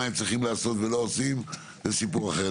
הם צריכים לעשות ולא עושים זה סיפור אחר.